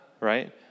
right